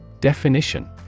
Definition